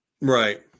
right